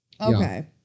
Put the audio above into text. Okay